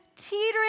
teetering